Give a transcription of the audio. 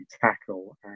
tackle